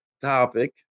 topic